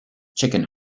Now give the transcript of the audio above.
chicken